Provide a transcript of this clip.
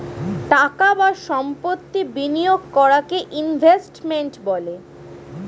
টাকা বা সম্পত্তি বিনিয়োগ করাকে ইনভেস্টমেন্ট বলে